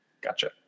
Gotcha